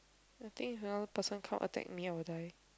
I think another person come attack me I will die